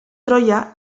troya